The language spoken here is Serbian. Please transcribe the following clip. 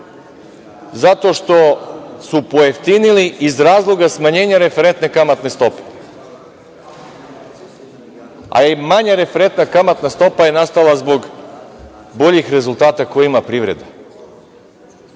zato što su pojeftinili iz razloga smanjenja referentne kamatne stope. A manja referentna kamatna stopa je nastala zbog boljih rezultata koje ima privreda,